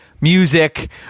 music